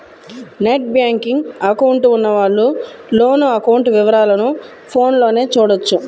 net banking account ఉన్నవాళ్ళు loan account వివరాలను ఫోన్లోనే చూడొచ్చు